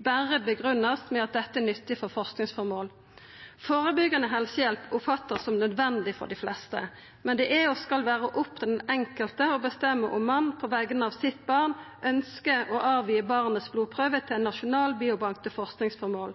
berre vert grunngitt med at dette er nyttig for forskingsføremål. Førebyggjande helsehjelp vert av dei fleste oppfatta som nødvendig, men det er, og skal vera, opp til den enkelte å bestemma om ein på vegner av barnet sitt ønskjer å gi ei blodprøve til ein nasjonal biobank til forskingsføremål.